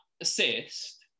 assist